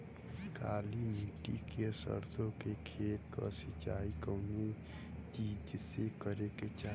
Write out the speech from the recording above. काली मिट्टी के सरसों के खेत क सिंचाई कवने चीज़से करेके चाही?